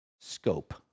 scope